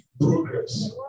progress